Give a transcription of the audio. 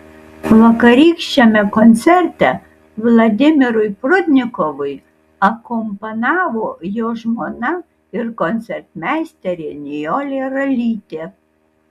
vakarykščiame koncerte vladimirui prudnikovui akompanavo jo žmona ir koncertmeisterė nijolė ralytė